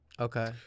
Okay